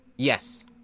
Yes